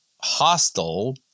hostile